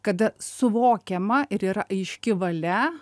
kada suvokiama ir yra aiški valia